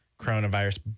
coronavirus